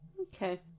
Okay